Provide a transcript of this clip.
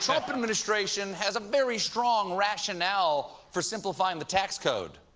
sort of but administration has a very strong rationale for simplifying the tax code.